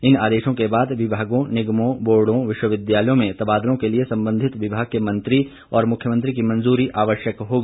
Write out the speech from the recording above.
इन आदेशों के बाद विभागों निगमों बोर्डो विश्वविद्यालयों में तबादलों के लिए संबंधित विभाग के मंत्री और मुख्यमंत्री की मंजूरी आवश्यक होगी